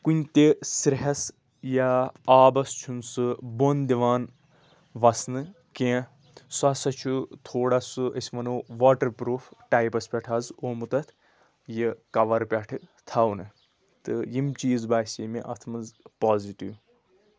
کُنہِ تہِ سرٛیٚہس یا آبس چھُنہٕ سُہ بۄن دِوان وَسنہٕ کینٛہہ سُہ ہسا چھُ تھوڑا سُہ أسۍ وَنو واٹر پروٗف ٹایپَس پؠٹھ حظ آمُت اَتھ یہِ کَوَر پؠٹھ تھاونہٕ تہٕ یِم چیٖز باسے مےٚ اَتھ منٛز پازِٹِو